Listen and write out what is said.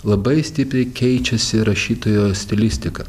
labai stipriai keičiasi rašytojo stilistika